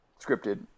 scripted